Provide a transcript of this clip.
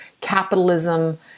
capitalism